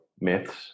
myths